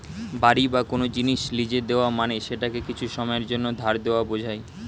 বাড়ি বা কোন জিনিস লীজে দেওয়া মানে সেটাকে কিছু সময়ের জন্যে ধার দেওয়া বোঝায়